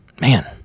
Man